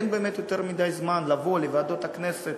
אין באמת יותר מדי זמן לבוא לוועדות הכנסת